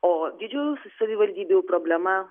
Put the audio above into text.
o didžiųjų savivaldybių problema